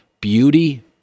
beauty